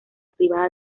privada